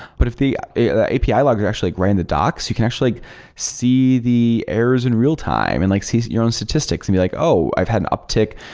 but if the the api ah logger actually ran the docs, you can actually see the errors in real time and like see your own statistics and be like, oh! i've had an uptick.